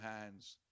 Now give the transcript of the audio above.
hands